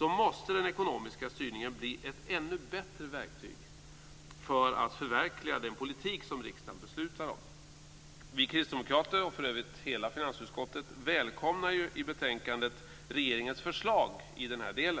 måste den ekonomiska styrningen bli ett ännu bättre verktyg för att förverkliga den politik som riksdagen beslutar om. Vi kristdemokrater, och för övrigt hela finansutskottet, välkomnar ju i betänkandet regeringens förslag i denna del.